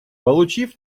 получив